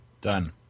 Done